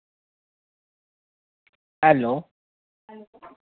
hello